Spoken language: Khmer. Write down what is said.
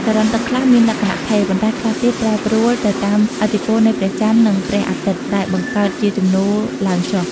ចរន្តទឹកខ្លះមានលក្ខណៈថេរ ប៉ុន្តែខ្លះទៀតប្រែប្រួលទៅតាមឥទ្ធិពលនៃព្រះច័ន្ទ និងព្រះអាទិត្យ ដែលបង្កើតជាជំនោរឡើងចុះ។